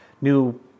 new